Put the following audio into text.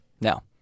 Now